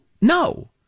no